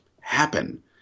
happen